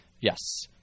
Yes